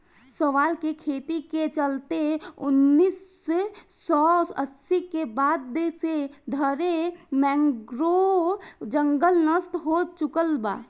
शैवाल के खेती के चलते उनऽइस सौ अस्सी के बाद से ढरे मैंग्रोव जंगल नष्ट हो चुकल बा